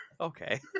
Okay